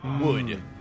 wood